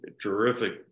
terrific